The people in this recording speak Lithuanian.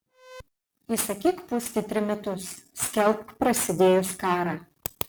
įsakyk pūsti trimitus skelbk prasidėjus karą